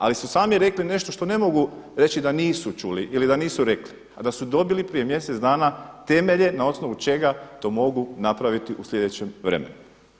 Ali su sami rekli nešto što ne mogu reći da nisu čuli ili da nisu rekli a da su dobili prije mjesec dana temelje na osnovu čega to mogu napraviti u slijedećem vremenu.